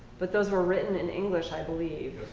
but those were written in english i believe.